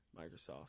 Microsoft